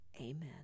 Amen